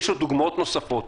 יש דוגמאות נוספות.